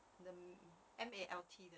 the malt 的